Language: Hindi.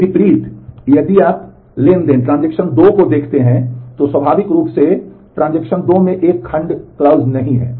इसके विपरीत यदि आप ट्रांज़ैक्शन 2 को देखते हैं तो स्वाभाविक रूप से ट्रांज़ैक्शन 2 में एक खंड नहीं है